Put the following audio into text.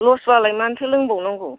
ल'स बालाय मानोथो लोंबावनांगौ